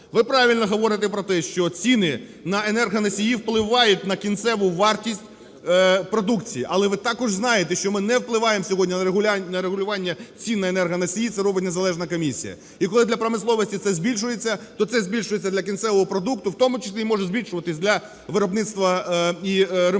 Ви правильно говорите про те, що ціни на енергоносії впливають на кінцеву вартість продукції. Але ви також знаєте, що ми не впливаємо сьогодні на регулювання цін на енергоносії – це робить незалежна комісія. І коли для промисловості це збільшується, то це збільшується для кінцевого продукту, в тому числі і може збільшуватись для виробництва і ремонту,